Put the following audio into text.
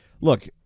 look